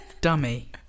Dummy